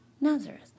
Nazareth